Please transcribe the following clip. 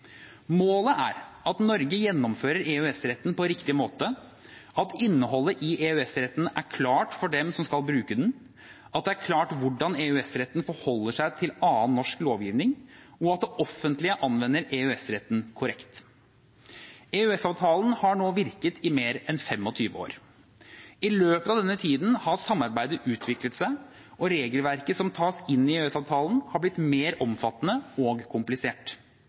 Målet er at Norge gjennomfører EØS-retten på riktig måte, at innholdet i EØS-retten er klart for dem som skal bruke den, at det er klart hvordan EØS-retten forholder seg til annen norsk lovgivning, og at det offentlige anvender EØS-retten korrekt. EØS-avtalen har nå virket i mer enn 25 år. I løpet av denne tiden har samarbeidet utviklet seg, og regelverket som tas inn i EØS-avtalen, har blitt mer omfattende og komplisert.